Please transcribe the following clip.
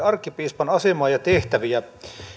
arkkipiispan asemaa ja tehtäviä